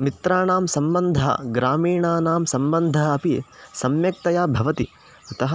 मित्राणां सम्बन्धः ग्रामीणानां सम्बन्धः अपि सम्यक्तया भवति अतः